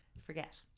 Forget